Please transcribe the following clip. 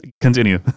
continue